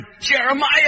Jeremiah